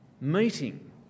meeting